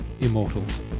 Immortals